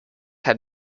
had